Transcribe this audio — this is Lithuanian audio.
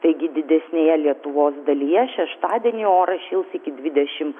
taigi didesnėje lietuvos dalyje šeštadienį oras šils iki dvidešim